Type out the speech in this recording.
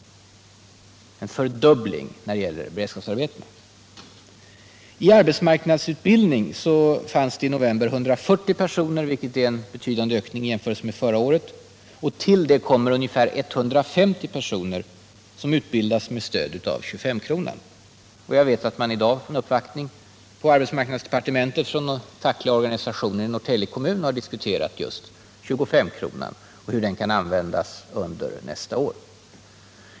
förbättra sysselsätt I arbetsmarknadsutbildning fanns i november 140 personer, vilket är en betydande ökning i jämförelse med förra året. Därtill kommer ca 150 personer som utbildas med stöd av 25-kronan. Jag vet att man i dag på arbetsmarknadsdepartementet vid en uppvaktning från fackliga organisationer i Norrtälje har diskuterat 25-kronan och hur den kan användas under nästa år.